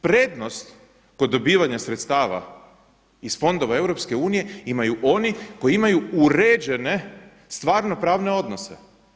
Prednost kod dobivanja sredstava iz fondova EU imaju oni koji imaju uređene stvarno pravne odnose.